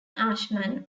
ashman